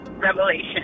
revelation